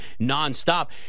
nonstop